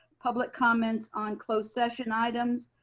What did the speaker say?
public comments on closed session items,